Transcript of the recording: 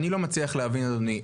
אני לא מצליח להבין אדוני,